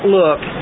look